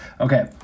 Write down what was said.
Okay